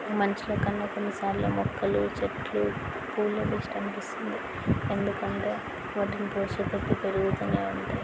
మనుషుల కన్నా కొన్నిసార్లు మొక్కలు చెట్లు పూలు బెస్ట్ అనిపిస్తుంది ఎందుకంటే వాటిని పోసే కొద్ది పెరుగుతు ఉంటాయి